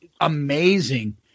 amazing